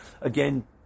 again